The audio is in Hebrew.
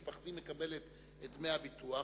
משפחתי מקבלת את דמי הביטוח.